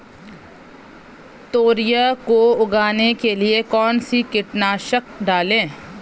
तोरियां को उगाने के लिये कौन सी कीटनाशक डालें?